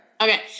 Okay